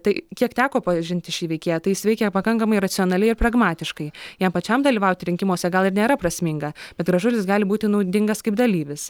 tai kiek teko pažinti šį veikėją tai jis veikia pakankamai racionaliai pragmatiškai jam pačiam dalyvauti rinkimuose gal ir nėra prasminga bet gražulis gali būti naudingas kaip dalyvis